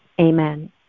Amen